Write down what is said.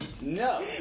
No